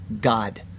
God